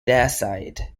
dacite